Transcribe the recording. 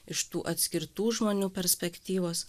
iš tų atskirtų žmonių perspektyvos